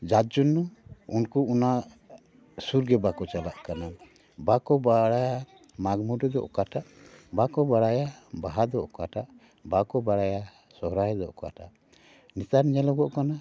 ᱡᱟᱨᱡᱚᱱᱱᱚ ᱩᱱᱠᱩ ᱚᱱᱟ ᱥᱩᱨᱜᱮ ᱵᱟᱠᱚ ᱪᱟᱞᱟᱜ ᱠᱟᱱᱟ ᱵᱟᱠᱚ ᱵᱟᱲᱟᱭᱟ ᱢᱟᱜᱽᱢᱩᱞᱩᱜ ᱚᱠᱟᱴᱟᱜ ᱵᱟᱠᱚ ᱵᱟᱲᱟᱭᱟ ᱵᱟᱦᱟ ᱫᱚ ᱚᱠᱟᱴᱟᱜ ᱵᱟᱠᱚ ᱵᱟᱲᱟᱭᱟ ᱥᱚᱦᱨᱟᱭ ᱫᱚ ᱚᱠᱟᱴᱟᱜ ᱱᱮᱛᱟᱨ ᱧᱮᱞᱚᱜᱚᱜ ᱠᱟᱱᱟ